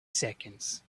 seconds